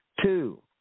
Two